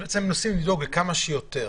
שהם מנסים כמה שיותר.